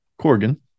Corgan